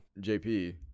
JP